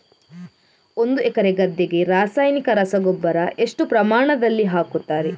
ಒಂದು ಎಕರೆ ಗದ್ದೆಗೆ ರಾಸಾಯನಿಕ ರಸಗೊಬ್ಬರ ಎಷ್ಟು ಪ್ರಮಾಣದಲ್ಲಿ ಹಾಕುತ್ತಾರೆ?